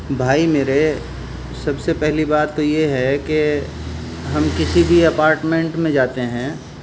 بھائی میرے سب سے پہلی بات تو یہ ہے کہ ہم کسی بھی اپارٹمنٹ میں جاتے ہیں